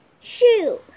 Shoe